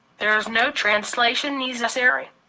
there is no translation necessary.